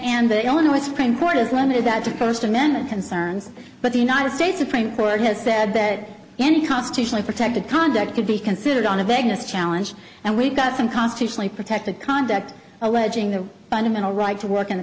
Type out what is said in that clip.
and the illinois supreme court is limited that supposed to manage concerns but the united states supreme court has said that any constitutionally protected conduct could be considered on a vagueness challenge and we've got some constitutionally protected conduct alleging the fundamental right to work in the